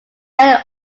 rail